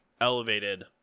elevated